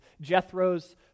Jethro's